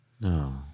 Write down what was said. No